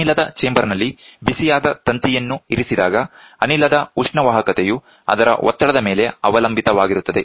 ಅನಿಲದ ಚೇಂಬರ್ ನಲ್ಲಿ ಬಿಸಿಯಾದ ತಂತಿಯನ್ನು ಇರಿಸಿದಾಗ ಅನಿಲದ ಉಷ್ಣವಾಹಕತೆಯು ಅದರ ಒತ್ತಡದ ಮೇಲೆ ಅವಲಂಬಿತವಾಗಿರುತ್ತದೆ